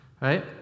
right